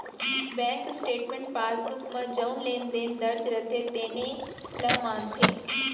bank statement passbook म जउन लेन देन दर्ज रथे तेने ल मानथे